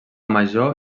major